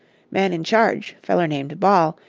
man in charge, feller named ball,